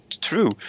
true